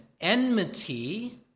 enmity